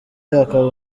akaba